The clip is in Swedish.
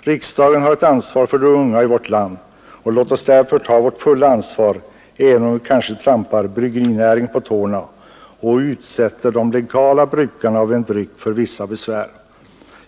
Riksdagen har ett ansvar för de unga i vårt land. Låt oss därför ta vårt fulla ansvar, även om vi kanske trampar bryggerinäringen på tårna och utsätter de legala brukarna av en dryck för vissa besvär.